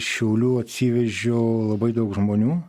šiaulių atsivežiau labai daug žmonių